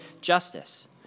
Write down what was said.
justice